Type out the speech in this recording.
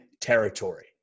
territory